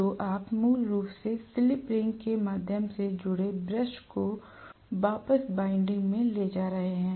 तो आप मूल रूप से स्लिप रिंग के माध्यम से जुड़े ब्रश को वापस वाइंडिंग में ले जा रहे हैं